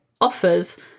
offers